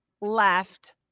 left